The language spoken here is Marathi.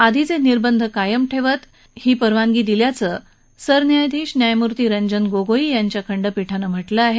आधीचे निर्बंध कायम ठेवत ही परवानगी दिल्याचं सरन्यायधीश न्यायमूर्ती रंजन गोगोई यांच्या खंडपीठानं म्हटलं आहे